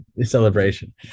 celebration